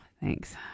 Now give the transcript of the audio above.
Thanks